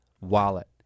wallet